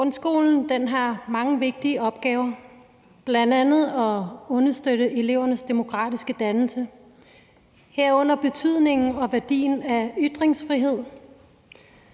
Grundskolen har mange vigtige opgaver, bl.a. at understøtte elevernes demokratiske dannelse, herunder betydningen og værdien af ytringsfrihed.